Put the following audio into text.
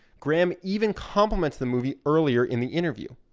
graham even compliments the movie earlier in the interview.